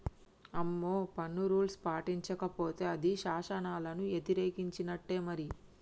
అమ్మో పన్ను రూల్స్ పాటించకపోతే అది శాసనాలను యతిరేకించినట్టే మరి